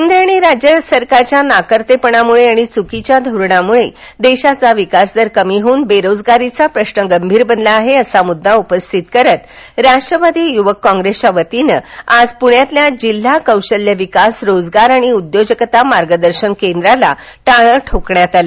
केंद्र आणि राज्य सरकारच्या नाकर्तेपणामुळे आणि चुकीच्या धोरणामुळे देशाचा विकासदर कमी होऊन बेरोजगारीचा प्रश्न गंभीर बनला आहे असा मुद्दा उपस्थित करत राष्ट्रवादी युवक काँग्रेसच्यावतीने आज पुण्यातील्या जिल्हा कौशल्य विकास रोजगार आणि उद्योजकता मार्गदर्शन केंद्राला टाळे ठोकण्यात आलं